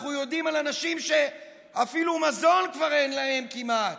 אנחנו יודעים על אנשים שאפילו מזון כבר אין להם כמעט.